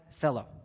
fellow